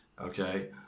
okay